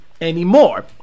anymore